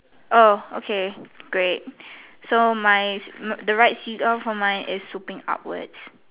oh okay great so my the right Seagull for mine is swooping upwards